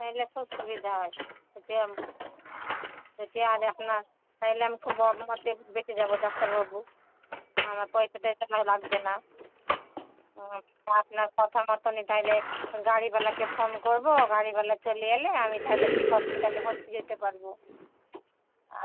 তাহলে খুব সুবিধা হয় দেখি আর দেখি আর এখন আর তাহলে আমি খুব তাহলে বেঁচে যাবো ডাক্তারবাবু আমার পয়সা টোয়সা তাহলে লাগবে না আপনার কথা মতনই তাহলে গাড়িবালাকে ফোন করবো গাড়িওয়ালা চলে এলে আমি তাহলে ঠিক হসপিটালে ভর্তি হতে পারবো আচ্ছা